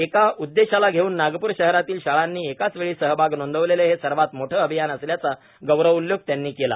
एका उद्देशाला घेऊन नागपूर शहरातील शाळांनी एकाच वेळी सहभाग नोंदविलेले हे सर्वात मोठे अभियान असल्याचा गौरवोल्लेख त्यांनी केला